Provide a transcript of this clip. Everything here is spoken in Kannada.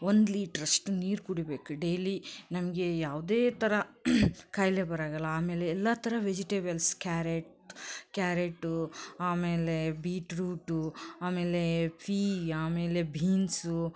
ಒಂದು ಲೀಟ್ರಷ್ಟು ನೀರು ಕುಡಿಯಬೇಕು ಡೇಲಿ ನಮಗೆ ಯಾವುದೇ ಥರ ಖಾಯಿಲೆ ಬರಾಗಲ್ಲ ಆಮೇಲೆ ಎಲ್ಲ ಥರ ವೆಜಿಟೇಬಲ್ಸ್ ಕ್ಯಾರೆಟ್ ಕ್ಯಾರೇಟು ಆಮೇಲೆ ಬೀಟ್ರೂಟು ಆಮೇಲೆ ಫೀ ಆಮೇಲೆ ಭೀನ್ಸು